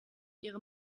ihre